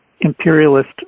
imperialist